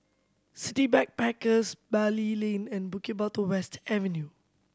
City Backpackers Bali Lane and Bukit Batok West Avenue